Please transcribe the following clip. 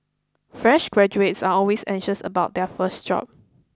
fresh graduates are always anxious about their first job